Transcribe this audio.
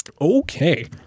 Okay